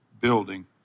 building